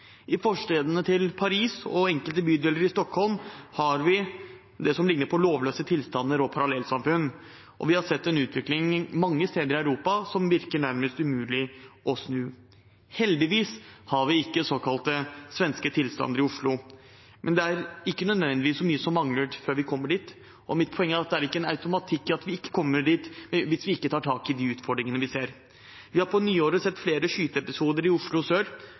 I forstedene til Paris og i enkelte bydeler i Stockholm har vi det som ligner på lovløse tilstander og parallellsamfunn. Og mange steder i Europa har vi sett en utvikling som virker nærmest umulig å snu. Heldigvis har vi ikke såkalte svenske tilstander i Oslo, men det er ikke nødvendigvis så mye som mangler før vi kommer dit. Mitt poeng er at det ikke er en automatikk i at vi ikke kommer dit, hvis vi ikke tar tak i de utfordringene vi ser. Vi har på nyåret sett flere skyteepisoder i Oslo sør.